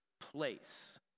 place